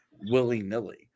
willy-nilly